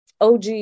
OG